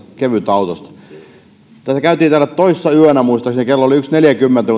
kevytautosta toissa yönä muistaakseni kello oli yksi piste neljäkymmentä